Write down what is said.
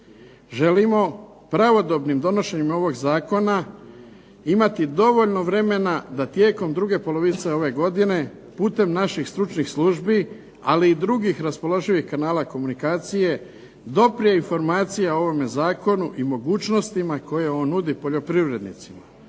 Želimo pravodobnim donošenjem ovog zakona imati dovoljno vremena da tijekom druge polovice ove godine putem naših stručnih službi, ali i drugih raspoloživih kanala komunikacije doprije informacija o ovome zakonu i mogućnostima koje on nudi poljoprivrednicima,